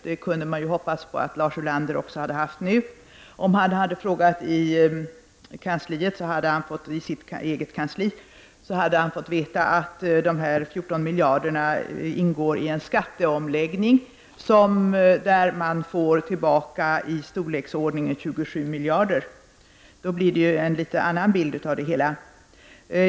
Man kunde ha hoppats att detta krav nu skulle ha omfattats också av Lars Ulander. Om han hade frågat i sitt eget kansli hade han fått veta att dessa 14 miljarder ingår i en skatteomläggning, där man får tillbaka pengar i storleksordningen 27 miljarder. Då blir det en annan bild av det hela.